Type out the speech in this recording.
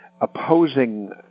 opposing